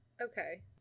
okay